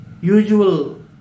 usual